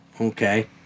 Okay